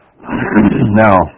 Now